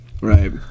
Right